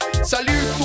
Salut